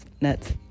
nuts